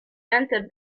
entered